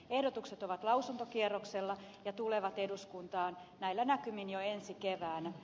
ehdotukset ovat lausuntokierroksella ja tulevat eduskuntaan näillä näkymin jo ensi keväänä